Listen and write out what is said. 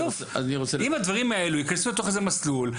אם הדברים האלה יכנסו לתוך איזה מסלול,